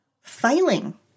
failing